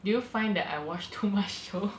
do you find that I watch too much show